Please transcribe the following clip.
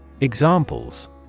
Examples